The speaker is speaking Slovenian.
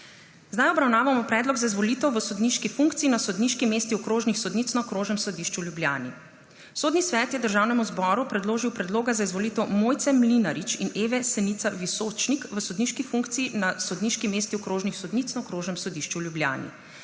Zdaj obravnavamo Predlog za izvolitev v sodniški funkciji na sodniški mesti okrožnih sodnic na Okrožnem sodišču v Ljubljani. Sodni svet je Državnemu zboru predložil predloga za izvolitev Mojce Mlinarič in Eve Senica Visočnik v sodniški funkciji na sodniški mesti okrožnih sodnic na Okrožnem sodišču v Ljubljani.